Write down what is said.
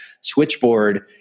switchboard